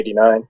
1989